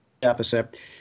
deficit